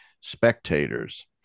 spectators